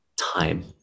time